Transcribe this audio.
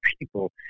people